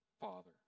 father